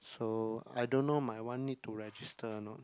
so I don't know my one need to register a not